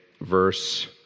verse